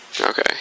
Okay